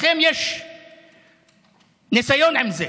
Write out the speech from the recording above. לכם יש ניסיון עם זה.